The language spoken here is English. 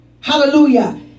hallelujah